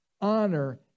honor